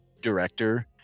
director